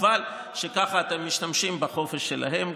חבל שככה אתם משתמשים בחופש שלכם,